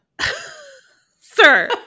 sir